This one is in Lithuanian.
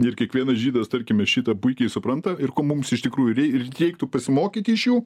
ir kiekvienas žydas tarkime šitą puikiai supranta ir ko mums iš tikrųjų rei ir reiktų pasimokyti iš jų